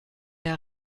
der